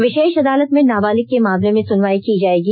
विषेष अदालत में नाबालिग के मामले में सुनवाई की जाएगी